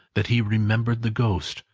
that he remembered the ghost,